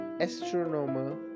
Astronomer